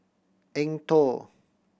Eng Tow